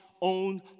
own